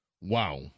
Wow